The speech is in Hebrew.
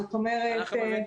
זאת אומרת,